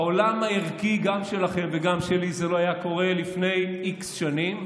בעולם הערכי גם שלכם וגם שלי זה לא היה קורה לפני x שנים,